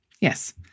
Yes